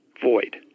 void